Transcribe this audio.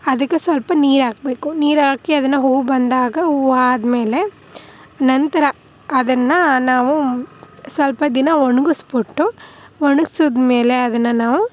ಅದಕ್ಕೆ ಸ್ವಲ್ಪ ನೀರು ಹಾಕ್ಬೇಕು ನೀರು ಹಾಕಿ ಅದನ್ನು ಹೂ ಬಂದಾಗ ಹೂವಾದ್ಮೇಲೆ ನಂತರ ಅದನ್ನು ನಾವು ಸ್ವಲ್ಪ ದಿನ ಒಣ್ಗಿಸಿ ಬಿಟ್ಟು ಒಣಗಿಸ್ದ್ಮೇಲೆ ಅದನ್ನು ನಾವು